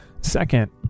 Second